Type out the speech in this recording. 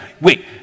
wait